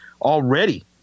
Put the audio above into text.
already